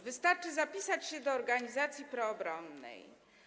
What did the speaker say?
Wystarczy zapisać się do organizacji proobronnej.